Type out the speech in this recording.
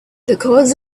because